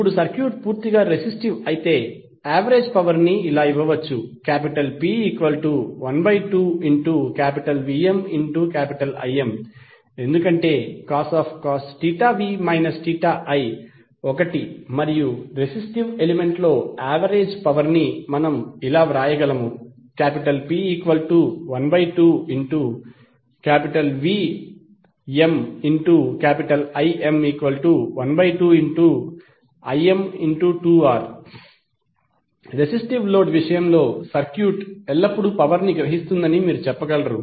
ఇప్పుడు సర్క్యూట్ పూర్తిగా రెసిస్టివ్ అయితే యావరేజ్ పవర్ ని ఇవ్వవచ్చు P12VmIm ఎందుకంటే cos v i ఒకటి మరియు రెసిస్టివ్ ఎలిమెంట్లో యావరేజ్ పవర్ ని మనం వ్రాయగలము P12VmIm12Im2R రెసిస్టివ్ లోడ్ విషయంలో సర్క్యూట్ ఎల్లప్పుడూ పవర్ ని గ్రహిస్తుందని మీరు చెప్పగలరు